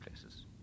places